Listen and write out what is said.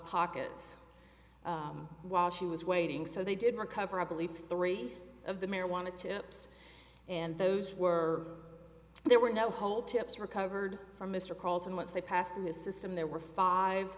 pockets while she was waiting so they did recover i believe three of the marijuana tips and those were there were no whole tips recovered from mr carlton once they passed in his system there were five